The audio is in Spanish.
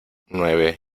nueve